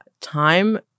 Time